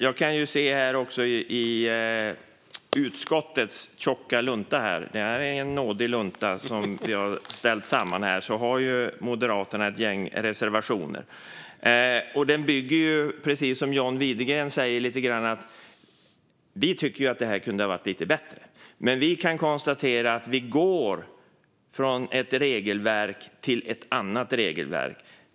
Jag kan se i utskottets tjocka lunta - det är en nådig lunta som vi har ställt samman - att Moderaterna har ett gäng reservationer. Precis som John Widegren säger tycker vi att det här kunde ha varit lite bättre. Men vi kan konstatera att vi går från ett regelverk till ett annat regelverk.